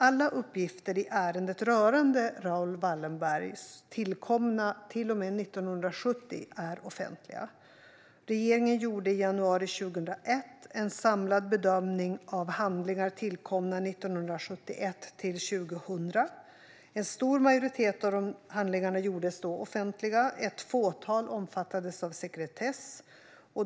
Alla uppgifter i ärendet rörande Raoul Wallenberg tillkomna till och med år 1970 är offentliga. Regeringen gjorde i januari 2001 en samlad bedömning av handlingar tillkomna 1971-2000. En stor majoritet av dessa handlingar gjordes då offentliga. Ett fåtal omfattades av sekretess.